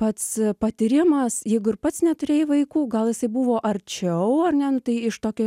pats patyrimas jeigu ir pats neturėjai vaikų gal jisai buvo arčiau ar ne nu tai iš tokio